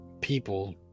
people